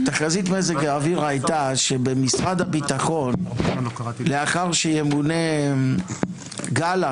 תחזית מזג האוויר הייתה שבמשרד הביטחון לאחר שימונה גלנט